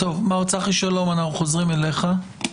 מר צחי שלום, חוזרים אליך.